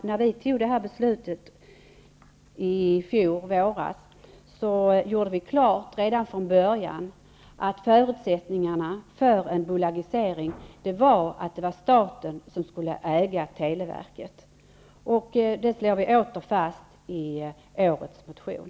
När vi fattade beslutet i fjol våras, gjorde vi redan från början klart att förutsättningarna för en bolagisering var att staten skulle äga televerket. Detta slår vi åter fast i årets motion.